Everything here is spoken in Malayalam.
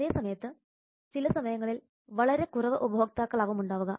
അതേ സമയത്ത് ചില സമയങ്ങളിൽ വളരെ കുറവ് ഉപഭോക്താക്കൾ ആവും ഉണ്ടാവുക